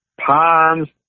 ponds